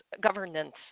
governance